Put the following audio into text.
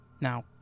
Now